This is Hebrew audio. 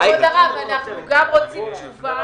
כבוד הרב, אנחנו גם רוצים תשובה,